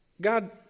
God